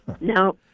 No